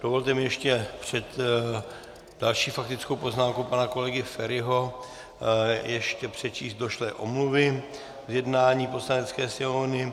Dovolte mi ještě před další faktickou poznámkou pana kolegy Feriho ještě přečíst došlé omluvy z jednání Poslanecké sněmovny.